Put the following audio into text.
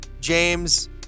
James